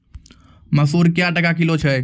मसूर क्या टका किलो छ?